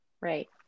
right